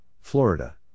Florida